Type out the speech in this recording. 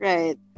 Right